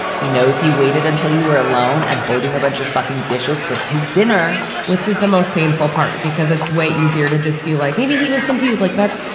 he knows he waited until you were alone and holding a bunch of fucking dishes for his dinner which is the most painful part because it's way easier to just feel like maybe he was confused like that.